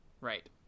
Right